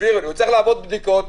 הוא צריך לעבור בדיקות.